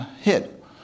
hit